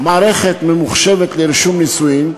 מערכת ממוחשבת לרישום נישואין,